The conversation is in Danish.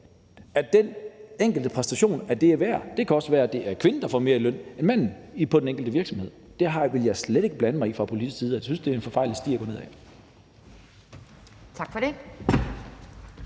hvad den enkelte præstation er værd. Det kan også være, at det er kvinden, der får mere i løn end manden, på den enkelte virksomhed. Det vil jeg slet ikke blande mig i fra politisk side. Jeg synes, at det er en forfejlet sti at gå ned ad.